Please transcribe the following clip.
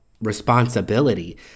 responsibility